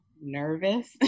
nervous